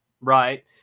Right